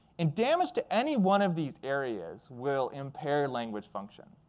and damage to any one of these areas will impair language function.